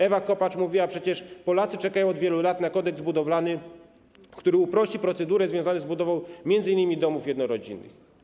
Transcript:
Ewa Kopacz mówiła przecież: Polacy czekają od wielu lat na kodeks budowlany, który uprości procedury związane z budową m.in. domów jednorodzinnych.